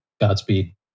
godspeed